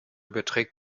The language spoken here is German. beträgt